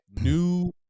new